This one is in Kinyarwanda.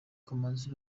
kamanzi